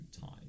time